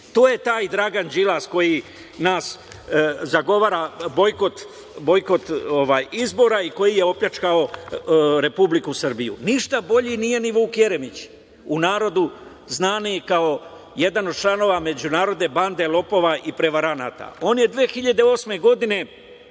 To je taj Dragan Đilas koji zagovara bojkot izbora i koji je opljačkao Republiku Srbiju. Ništa bolji nije ni Vuk Jeremić, u narodu znani kao jedan od članova međunarodne bande lopova i prevaranata. On je 2008. godine